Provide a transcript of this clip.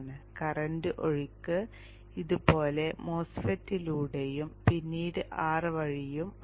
current ഒഴുക്ക് ഇതുപോലെ MOSFET ലൂടെയും പിന്നീട് R വഴിയും ആണ്